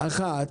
אחת,